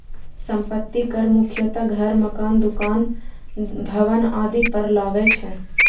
संपत्ति कर मुख्यतः घर, मकान, दुकान, भवन आदि पर लागै छै